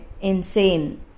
insane